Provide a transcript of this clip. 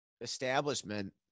establishment